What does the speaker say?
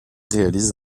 réalise